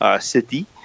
city